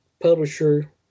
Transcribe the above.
publisher